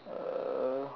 uh